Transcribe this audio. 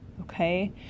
okay